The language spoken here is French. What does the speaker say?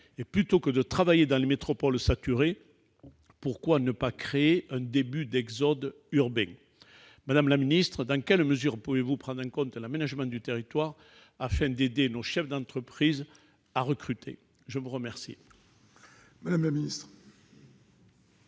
et, plutôt que de travailler dans les métropoles saturées, pourquoi ne pas créer un début d'exode urbain ? Madame la ministre, dans quelle mesure pouvez-vous prendre en compte l'aménagement du territoire afin d'aider nos chefs d'entreprise à recruter ? La parole est à Mme la ministre.